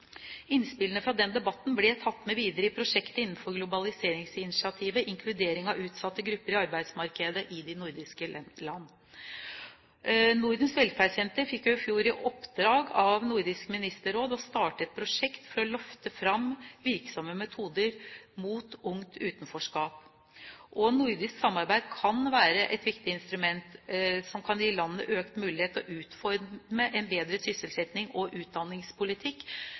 Innspillene fra den debatten ble tatt med videre i prosjektet innenfor globaliseringsinitiativet Inkludering av utsatte grupper i arbeidsmarkedet i de nordiske land. Nordens velferdssenter fikk i fjor i oppdrag av Nordisk Ministerråd å starte et prosjekt for å løfte fram virksomme metoder mot ungt utenforskap. Nordisk samarbeid kan være et viktig instrument som kan gi landet økt mulighet til å utforme en bedre sysselsettings- og utdanningspolitikk.